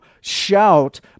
shout